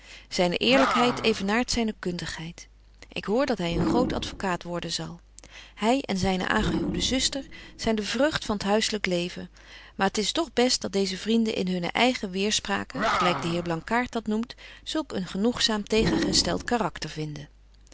zyne eerlykheid evenaart zyne kundigheid ik hoor dat hy een groot advocaat worden zal hy en zyne aangehuwde zuster zyn de vreugd van t huislyk leven maar het is toch best dat deeze vrienden in hunne eigen weerspraken gelyk de heer blankaart dat noemt zulk een genoegzaam tegengestelt karakter vinden